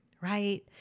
right